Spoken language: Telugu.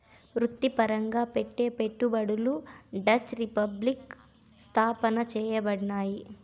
వృత్తిపరంగా పెట్టే పెట్టుబడులు డచ్ రిపబ్లిక్ స్థాపన చేయబడినాయి